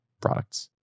products